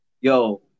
yo